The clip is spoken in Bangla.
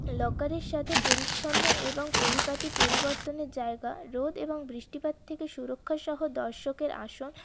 লকারের সাথে পরিচ্ছন্ন এবং পরিপাটি পরিবর্তনের জায়গা রোদ এবং বৃষ্টিপাত থেকে সুরক্ষা সহ দর্শকের আসন